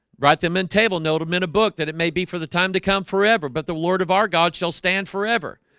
brought them in table know them in a book that it may be for the time to come forever but the lord of our god shall stand forever.